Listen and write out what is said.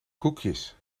koekjes